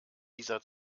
dieser